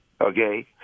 okay